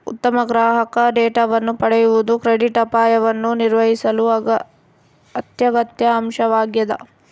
ಉತ್ತಮ ಗ್ರಾಹಕ ಡೇಟಾವನ್ನು ಪಡೆಯುವುದು ಕ್ರೆಡಿಟ್ ಅಪಾಯವನ್ನು ನಿರ್ವಹಿಸಲು ಅತ್ಯಗತ್ಯ ಅಂಶವಾಗ್ಯದ